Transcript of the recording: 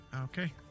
Okay